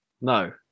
No